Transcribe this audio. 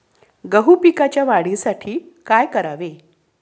गहू पिकाच्या वाढीसाठी काय करावे?